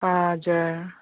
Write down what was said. हजुर